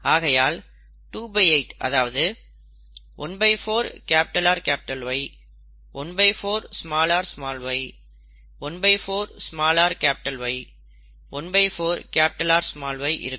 ஆகையால் 28 அதாவது ¼ RY ¼ ry ¼ rY ¼ Ry இருக்கும்